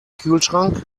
kühlschrank